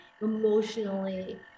emotionally